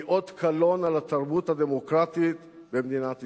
היא אות קלון על התרבות הדמוקרטית במדינת ישראל.